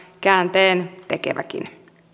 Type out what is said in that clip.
käänteentekeväkin